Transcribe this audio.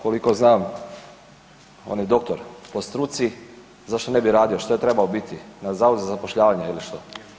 Koliko znam on je doktor po struci, zašto ne bi radio, šta je trebao biti na zavodu za zapošljavanje ili što?